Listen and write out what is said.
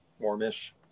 warm-ish